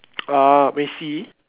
uh Macy